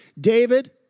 David